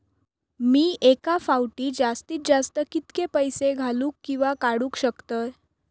मी एका फाउटी जास्तीत जास्त कितके पैसे घालूक किवा काडूक शकतय?